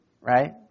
right